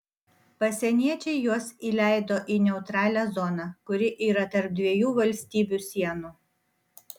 pasieniečiai juos įleido į neutralią zoną kuri yra tarp dviejų valstybių sienų